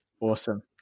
Awesome